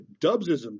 dubsism